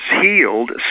healed